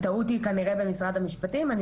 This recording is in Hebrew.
הטעות היא ככל הנראה במשרד המשפטים ואני